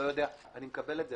לא יודע אני מקבל את זה,